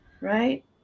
right